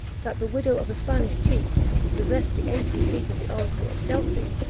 that the widow of a spanish chief, who possessed the ancient seat of the oracle of delphi,